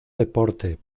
deporte